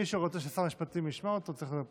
מי שרוצה ששר המשפטים ישמע אותו, צריך לדבר פחות.